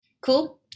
Cool